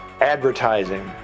advertising